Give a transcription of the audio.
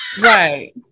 right